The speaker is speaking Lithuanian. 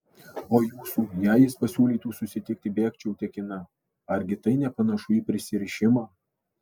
o jūsų jei jis pasiūlytų susitikti bėgčiau tekina argi tai nepanašu į prisirišimą